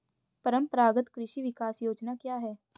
परंपरागत कृषि विकास योजना क्या है?